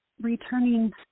returning